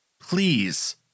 please